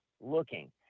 looking